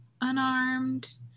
unarmed